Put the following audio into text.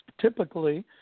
Typically